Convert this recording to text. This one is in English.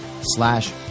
slash